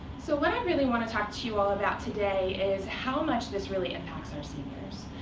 so what i really want to talk to you all about today is how much this really impacts our seniors.